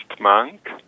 monk